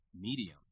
medium